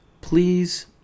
please